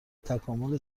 تکامل